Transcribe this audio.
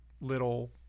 little